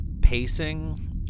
pacing